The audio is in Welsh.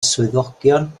swyddogion